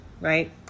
right